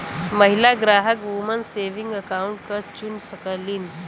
महिला ग्राहक woman saving account क चुन सकलीन